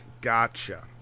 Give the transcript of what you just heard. Gotcha